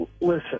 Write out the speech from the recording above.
Listen